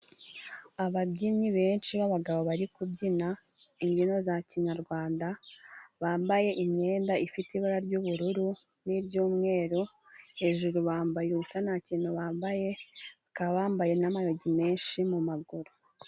Ababyinnyi benshi b'abagabo bari kubyina imbyino za kinyarwanda bambaye imyenda ifite ibara ry'ubururu n'iry'umweru hejuru bambaye ubusa nta kintu bambaye abambaye n'amayogi menshi mu maguru.